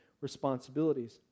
responsibilities